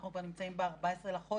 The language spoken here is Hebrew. אנחנו כבר נמצאים ב-14 לחודש.